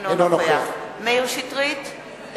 אינו נוכח מאיר שטרית,